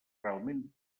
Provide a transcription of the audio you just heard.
realment